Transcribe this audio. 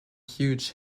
huge